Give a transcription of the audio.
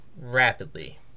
rapidly